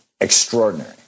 extraordinary